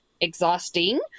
Exhausting